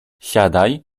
siadaj